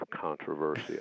controversy